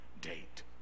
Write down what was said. date